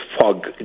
fog